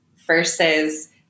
versus